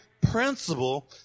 principle